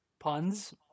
Puns